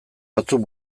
batzuk